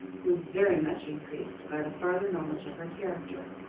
was very much increased by the farther knowledge of her character,